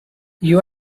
you